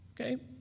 okay